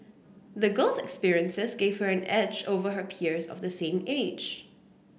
the girl's experiences gave her an edge over her peers of the same age